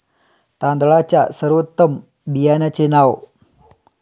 तांदळाच्या सर्वोत्तम बियाण्यांची नावे?